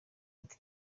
ati